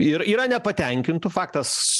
ir yra nepatenkintų faktas